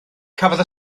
cafodd